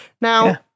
Now